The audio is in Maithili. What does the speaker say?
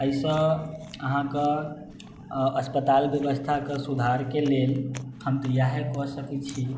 अइसँ अहाँके अस्पताल व्यवस्थाके सुधारके लेल हम तऽ इएह कऽ सकै छी